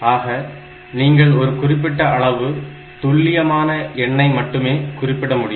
ஆக நீங்கள் ஒரு குறிப்பிட்ட அளவு துல்லியமான எண்ணை மட்டுமே குறிப்பிட முடியும்